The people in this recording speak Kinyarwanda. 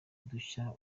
udushya